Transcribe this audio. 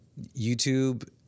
YouTube